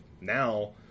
now